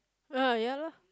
ah ya lah